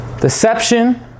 Deception